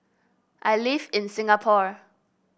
I live in Singapore